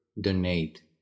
donate